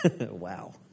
Wow